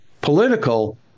political